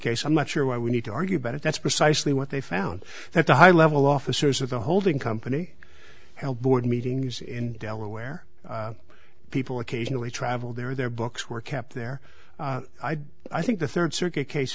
case i'm not sure why we need to argue about it that's precisely what they found that the high level officers of the holding company held board meetings in delaware people occasionally traveled there their books were kept there i think the third circuit case